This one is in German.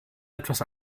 etwas